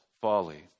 folly